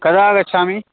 कदा आगच्छामि